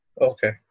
Okay